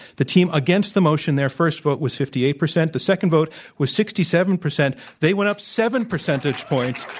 the team against the motion, their first vote was fifty eight percent. the second vote was sixty seven percent. they went up nine percentage points.